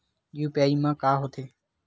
UPI मा का होथे?